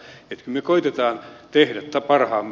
me koetamme tehdä parhaamme